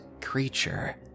creature